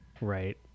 Right